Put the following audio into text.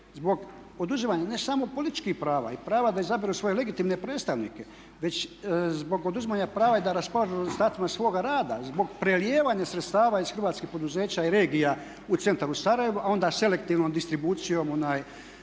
zbog oduzimanja ne samo političkih prava i prava da izaberu svoje legitimne predstavnike već zbog oduzimanja prava i da raspolažu rezultatima svoga rada, zbog prelijevanja sredstava iz hrvatskih poduzeća i regija u centar u Sarajevu, a onda selektivnom distribucijom